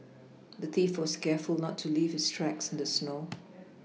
the thief was careful not to leave his tracks in the snow